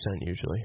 usually